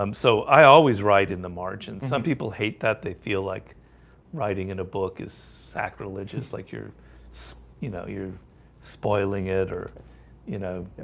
um so i always write in the margins. some people hate that they feel like writing in a book is sacrilegious like you're so you know you're spoiling it or you know,